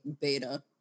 beta